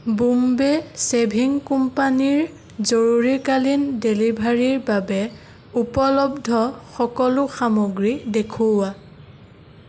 বোম্বে' শ্বেভিং কোম্পানীৰ জৰুৰীকালীন ডেলিভাৰীৰ বাবে উপলব্ধ সকলো সামগ্ৰী দেখুওৱা